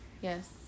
Yes